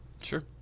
Sure